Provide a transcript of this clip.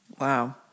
Wow